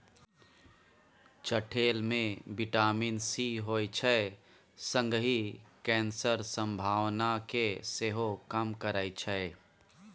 चठेल मे vitamin C होइ छै संगहि कैंसरक संभावना केँ सेहो कम करय छै